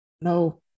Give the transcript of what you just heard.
no